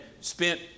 spent